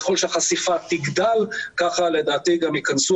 ככל שהחשיפה תגדל ככה לדעתי גם ייכנסו